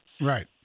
Right